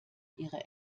ihre